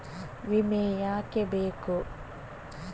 ವಿಮೆ ಯಾಕೆ ಬೇಕು?